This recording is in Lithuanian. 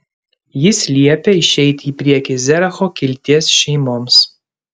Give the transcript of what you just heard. jis liepė išeiti į priekį zeracho kilties šeimoms